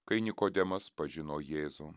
kai nikodemas pažino jėzų